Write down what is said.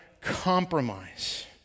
compromise